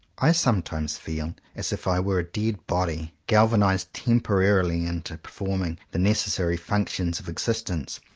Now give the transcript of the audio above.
i sometimes feel as if i were a dead body, galvanized temporarily into perform ing the necessary functions of existence,